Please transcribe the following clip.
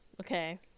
okay